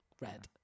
red